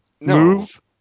Move